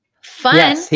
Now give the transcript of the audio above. fun